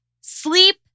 Sleep